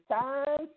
time